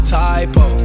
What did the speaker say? typo